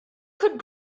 could